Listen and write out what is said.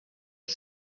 est